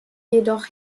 jedoch